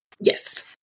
Yes